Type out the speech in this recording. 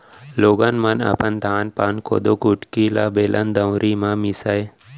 लोगन मन अपन धान पान, कोदो कुटकी ल बेलन, दउंरी म मीसय